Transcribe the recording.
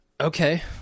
Okay